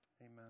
amen